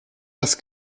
das